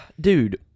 dude